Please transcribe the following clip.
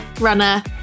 runner